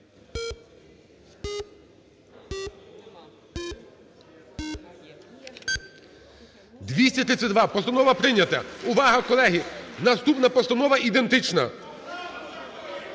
За-232 Постанова прийнята. Увага, колеги! Наступна постанова ідентична.